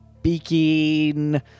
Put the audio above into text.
speaking